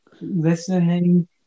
listening